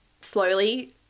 slowly